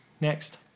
Next